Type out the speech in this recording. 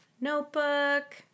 notebook